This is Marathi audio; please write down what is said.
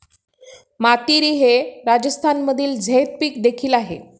मातीरी हे राजस्थानमधील झैद पीक देखील आहे